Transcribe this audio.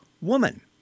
woman